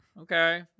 okay